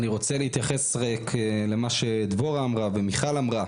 רוצה להתייחס למה שדבורה אמרה ומיכל אמרה.